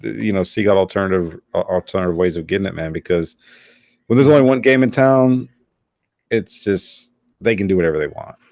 you know see got alternative alternative ways of getting it man well there's only one game in town it's just they can do whatever they want